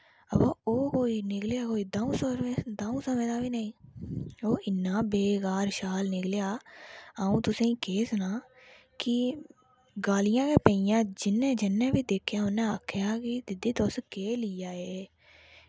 अवा ओह् कोई निकलेआ कोई दऊं सवें दा बी नेईं ओह् इन्ना बेकार शाल निकलेआ अ'ऊं तुसें केह् सनांऽ कि गालियां गै पेइयां जिनें जिनें बी दिक्खेआ उन्नै आक्खेआ कि दीदी तुस केह् लेई आए एह्